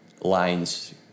lines